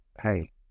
hey